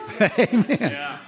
Amen